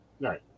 Right